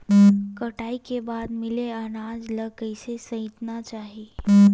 कटाई के बाद मिले अनाज ला कइसे संइतना चाही?